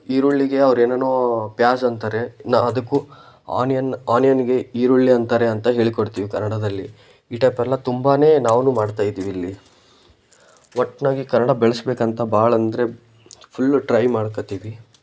ಈರುಳ್ಳಿಗೆ ಅವ್ರು ಏನೇನೋ ಪ್ಯಾಜ್ ಅಂತಾರೆ ನಾವು ಅದಕ್ಕೂ ಆನಿಯನ್ ಆನಿಯನಿಗೆ ಈರುಳ್ಳಿ ಅಂತಾರೆ ಅಂತ ಹೇಳಿ ಕೊಡ್ತೀವಿ ಕನ್ನಡದಲ್ಲಿ ಈ ಟೈಪೆಲ್ಲ ತುಂಬ ನಾವೂನೂ ಮಾಡ್ತಾ ಇದೀವ್ ಇಲ್ಲಿ ಒಟ್ಟಾಗಿ ಕನ್ನಡ ಬೆಳೆಸಬೇಕಂತ ಭಾಳ್ ಅಂದರೆ ಫುಲ್ ಟ್ರೈ ಮಾಡ್ಕತೀವಿ